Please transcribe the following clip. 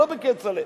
ולא בכצל'ה.